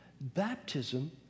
Baptism